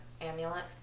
amulet